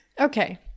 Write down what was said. Okay